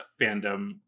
fandom